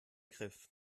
griff